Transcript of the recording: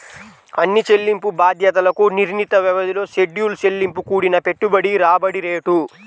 అన్ని చెల్లింపు బాధ్యతలకు నిర్ణీత వ్యవధిలో షెడ్యూల్ చెల్లింపు కూడిన పెట్టుబడి రాబడి రేటు